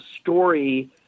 story